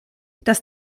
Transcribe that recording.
dass